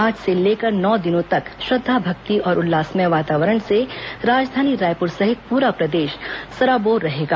आज से लेकर नौ दिनों तक श्रद्वा भक्ति और उल्लासमय वातावरण से राजधानी रायपुर सहित पूरा प्रदेश सरोबार रहेगा